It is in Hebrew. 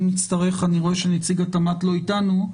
אני רואה שנציג התמ"ת לא איתנו,